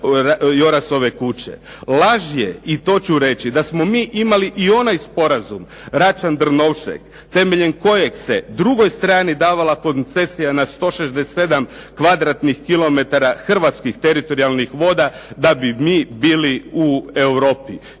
Laž je, i to ću reći, da smo mi imali i onaj sporazum Račan-Drnovšek, temeljem kojeg se drugoj strani davala koncesija nad 167 kvadratnih kilometara hrvatskih teritorijalnih voda da bi mi bili u Europi.